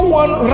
one